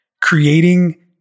creating